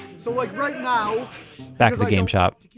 so like right now back to the game shop.